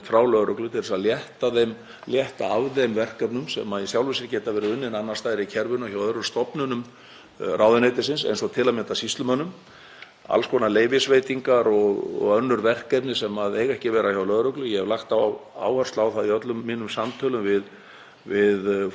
alls konar leyfisveitingar og önnur verkefni sem eiga ekki að vera hjá lögreglu. Ég hef lagt áherslu á það í öllum mínum samtölum við forystumenn í lögreglunni að við eigum fyrst og fremst að horfa til þess að lögreglan sé að sinna sínum sérhæfðu